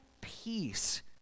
peace